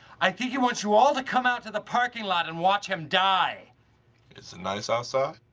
i think he wants you all to come out to the parking lot and watch him die. is it nice outside?